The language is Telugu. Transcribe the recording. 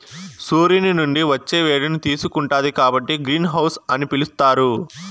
సూర్యుని నుండి వచ్చే వేడిని తీసుకుంటాది కాబట్టి గ్రీన్ హౌస్ అని పిలుత్తారు